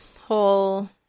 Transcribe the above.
whole